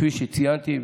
כפי שציינתי,